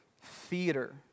theater